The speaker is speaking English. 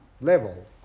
level